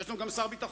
יש לנו גם שר ביטחון,